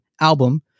album